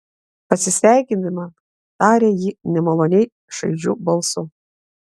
pasisveikindama tarė ji nemaloniai šaižiu balsu